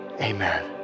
amen